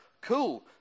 cool